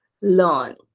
learn